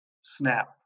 snap